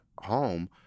home